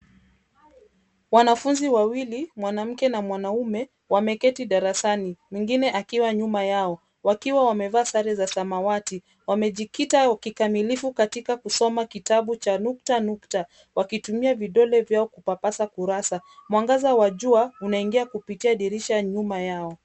Wanafunzi wawili mwanamke na mwanaume wameketi darasani, mwingine akiwa nyuma, yao wakiwa wamevaa sare za samawati. Wamejikita kikamilifu katika kusoma kitabu cha nukta nukta, wakitumia vidole vyao kupapasa kurasa. Mwangaza wa jua unaingia kupitia dirisha nyuma yao.